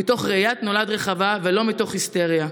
מתוך ראיית נולד רחבה ולא מתוך היסטריה,